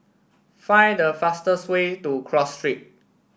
find the fastest way to Cross Street